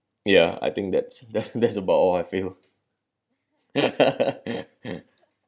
ya I think that's that's that's about how I feel